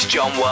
John